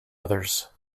others